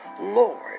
Lord